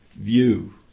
view